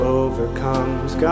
overcomes